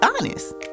honest